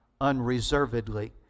unreservedly